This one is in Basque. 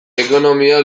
ekonomia